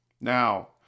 Now